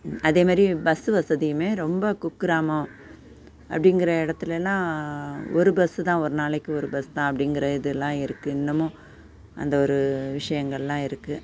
அதே மாதிரி பஸ்ஸு வசதியுமே ரொம்ப குக்கிராமம் அப்படிங்கிற இடத்துலேலாம் ஒரு பஸ்ஸு தான் ஒரு நாளைக்கு ஒரு பஸ் தான் அப்படிங்கிற இதெலாம் இருக்குது இன்னமும் அந்த ஒரு விஷயங்கள்லாம் இருக்குது